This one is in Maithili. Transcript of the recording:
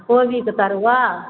कोबी के तरुआ